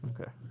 Okay